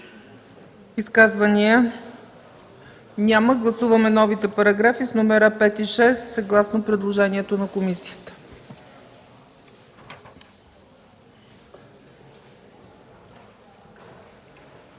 Изказвания? Няма. Гласуваме новите параграфи 5 и 6 съгласно предложението на комисията.